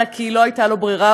אלא כי לא הייתה לו ברירה,